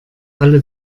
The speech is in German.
alle